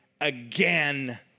again